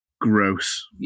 Gross